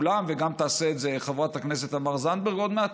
וגם תעשה את זה חברת הכנסת תמר זנדברג עוד מעט.